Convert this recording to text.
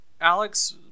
Alex